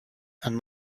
and